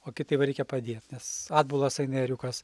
o kiti va reikia padėt nes atbulas eina ėriukas